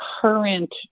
current